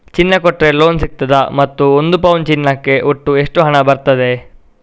ಚಿನ್ನ ಕೊಟ್ರೆ ಲೋನ್ ಸಿಗ್ತದಾ ಮತ್ತು ಒಂದು ಪೌನು ಚಿನ್ನಕ್ಕೆ ಒಟ್ಟು ಎಷ್ಟು ಹಣ ಬರ್ತದೆ?